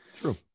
True